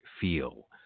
feel